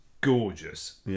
gorgeous